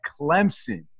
Clemson